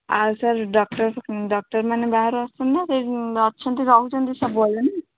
ଆଉ sir doctor ଡକ୍ଟର୍ମାନେ ବାହାରୁ ଆସୁଛନ୍ତି ନା ସେ ଅଛନ୍ତି ରହୁଛନ୍ତି ସବୁବେଳେ ନା